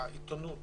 העיתונות